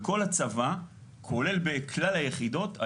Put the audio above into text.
כולל בכלל היחידות,